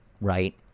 right